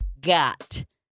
got